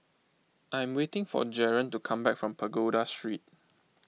I'm waiting for Jaren to come back from Pagoda Street